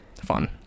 Fun